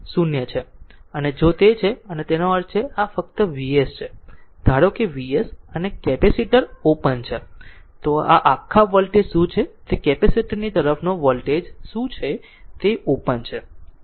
અને જો તે છે અને તેનો અર્થ છે આ ફક્ત Vs છે આ ધારો કે Vs અને કેપેસિટર ઓપન છે તો આ આખા વોલ્ટેજ શું છે તે કેપેસિટર ની તરફનો વોલ્ટેજ શું છે તે ઓપન છે